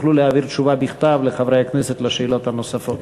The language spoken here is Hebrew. תוכלו להעביר תשובה בכתב לחברי הכנסת על השאלות הנוספות.